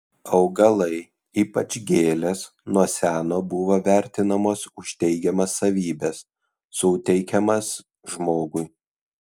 augalai ypač gėlės nuo seno buvo vertinamos už teigiamas savybes suteikiamas žmogui